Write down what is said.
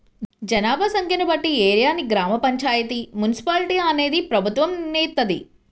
జనాభా సంఖ్యను బట్టి ఏరియాని గ్రామ పంచాయితీ, మున్సిపాలిటీ అనేది ప్రభుత్వం నిర్ణయిత్తది